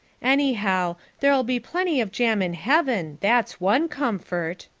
anyhow, there'll be plenty of jam in heaven, that's one comfort,